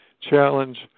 challenge